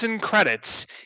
credits